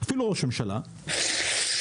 שעוצרת תוכניות של כביש 6